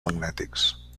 magnètics